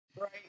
right